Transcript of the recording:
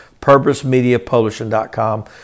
Purposemediapublishing.com